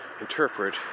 interpret